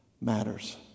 matters